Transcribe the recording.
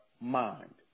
mind